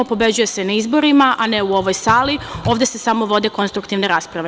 Pobeđuje se na izborima, a ne u ovoj sali, ovde se samo vode konstruktivne rasprave.